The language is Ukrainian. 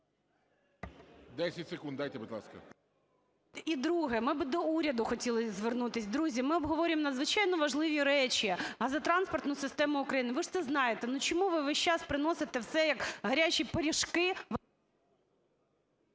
10 секунд дайте, будь ласка. ГЕРАЩЕНКО І.В. І друге. Ми б до уряду хотіли звернутися. Друзі, ми обговорюємо надзвичайно важливі речі: газотранспортну систему України. Ви ж це знаєте, але чому ви весь час приносите все, як гарячі пиріжки…